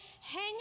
hang